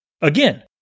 Again